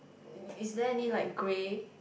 is there any like grey